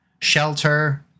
shelter